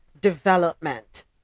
development